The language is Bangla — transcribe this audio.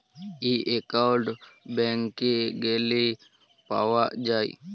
ই একাউল্টট ব্যাংকে গ্যালে পাউয়া যায়